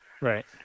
Right